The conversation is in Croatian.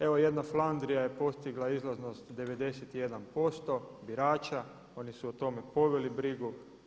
Evo jedna Flandrija je postigla izlaznost 91% birača, oni su o tome poveli brigu.